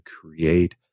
create